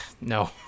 no